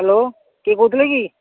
hello କିଏ କହୁଥିଲେ କି